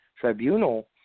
tribunal